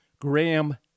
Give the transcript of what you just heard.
Graham